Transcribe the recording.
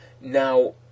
Now